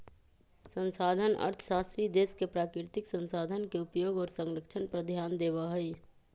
संसाधन अर्थशास्त्री देश के प्राकृतिक संसाधन के उपयोग और संरक्षण पर ध्यान देवा हई